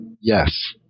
yes